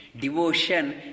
Devotion